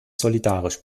solidarisch